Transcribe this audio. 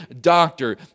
doctor